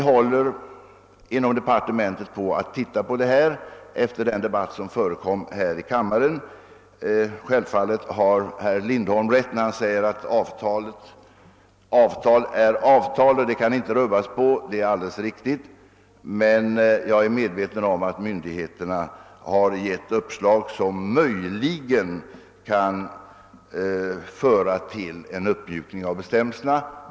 Vi håller inom departementet — efter den i denna kammare förda debatten — på att undersöka frågan. Herr Lindholm har självfallet rätt när han säger att ett avtal är ett avtal och inte kan rubbas. Jag är emellertid medveten om att myndigheterna har en del uppslag, som möjligen kan leda till en uppmjukning av bestämmelserna.